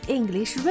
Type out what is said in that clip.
English